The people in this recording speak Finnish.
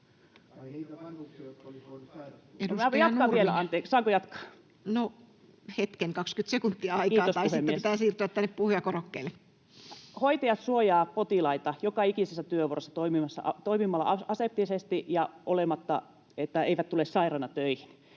Hoitajat suojaavat potilaita joka ikisessä työvuorossa toimimalla aseptisesti ja tulematta sairaana töihin.